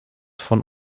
von